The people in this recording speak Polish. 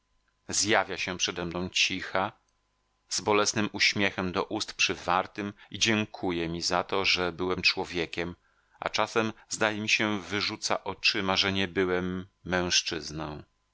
zjawia się przedemną cicha z bolesnym uśmiechem do ust przywartym i dziękuje mi za to że byłem człowiekiem a czasem zdaje mi się wyrzuca oczyma że nie byłem mężczyzną